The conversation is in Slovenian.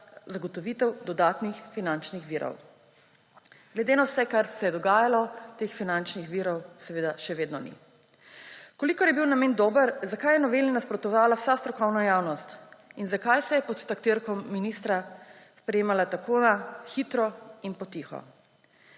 zagotovitev dodatnih finančnih virov. Glede na vse, kar se je dogajalo, teh finančnih virov seveda še vedno ni. V kolikor je bil namen dober, zakaj je noveli nasprotovala vsa strokovna javnost? In zakaj se je pod taktirko ministra sprejemala tako na hitro in potiho?